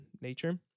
nature